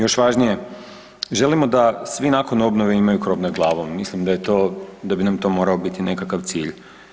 Još važnije, želimo da svi nakon obnove imaju krov nad glavom, mislim da bi nam to morao biti nekakav cilj.